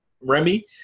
Remy